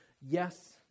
yes